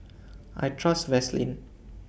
I Trust Vaselin